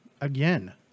again